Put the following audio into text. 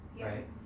right